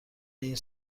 این